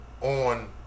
on